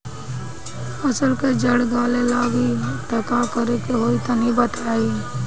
फसल के जड़ गले लागि त का करेके होई तनि बताई?